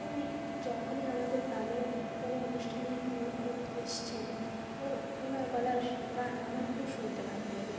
উনি যখনই আমাদের গ্রামে কোনো অনুষ্ঠানে এসেছেন ওর ওনার গলার গান আমার খুব শুনতে ভালো লাগে